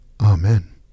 Amen